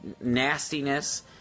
nastiness